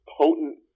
potent